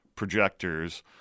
projectors